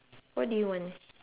what do you want